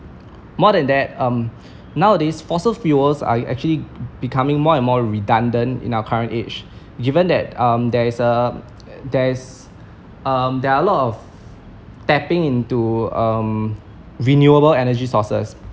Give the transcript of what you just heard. more than that um nowadays fossils fuels are actually becoming more and more redundant in our current age given that um there is a there is um there are a lot of tapping into um renewable energy sources